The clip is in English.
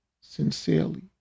sincerely